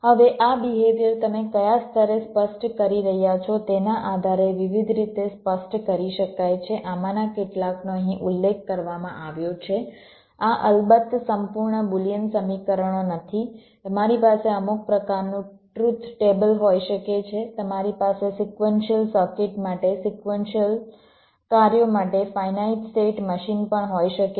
હવે આ બિહેવિયર તમે કયા સ્તરે સ્પષ્ટ કરી રહ્યા છો તેના આધારે વિવિધ રીતે સ્પષ્ટ કરી શકાય છે આમાંના કેટલાકનો અહીં ઉલ્લેખ કરવામાં આવ્યો છે આ અલબત્ત સંપૂર્ણ બુલિયન સમીકરણો નથી તમારી પાસે અમુક પ્રકારનું ટ્રુથ ટેબલ હોઈ શકે છે તમારી પાસે સિક્વન્સિઅલ સર્કિટ માટે સિક્વન્સિઅલ કાર્યો માટે ફાઇનાઇટ સ્ટેટ મશીન પણ હોઈ શકે છે